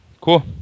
Cool